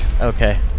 Okay